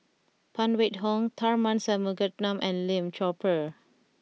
Phan Wait Hong Tharman Shanmugaratnam and Lim Chor Pee